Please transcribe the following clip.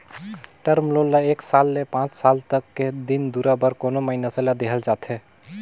term loan ल एक साल ले पांच साल तक के दिन दुरा बर कोनो मइनसे ल देहल जाथे